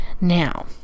Now